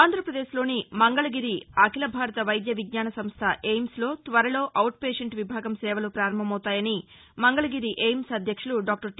ఆంధ్రప్రదేశ్లోని మంగళగిరి అఖిల భారత వైద్య విజ్ఞాన సంస్థ ఎయిమ్స్లో త్వరలో అవుట్ పేషెంట్ విభాగం సేవలు పారంభమవుతాయని మంగళగిరి ఎయిమ్స్ అధ్యక్షులు దాక్టర్ టి